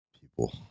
people